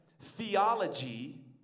theology